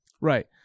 Right